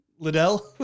Liddell